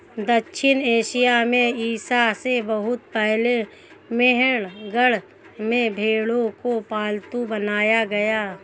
दक्षिण एशिया में ईसा से बहुत पहले मेहरगढ़ में भेंड़ों को पालतू बनाया गया